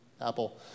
Apple